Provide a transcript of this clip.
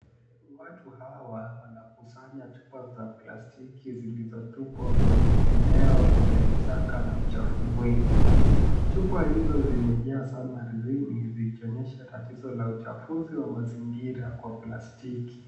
Watu hawa wanakusanya chupa za plastiki zilizotupwa kwenye eneo lenye vichaka na uchafu mwingi chupa hizo zimejaa sana ardhini zikionyesha tatizo la uchafuzi wa mazingira kwa plastiki.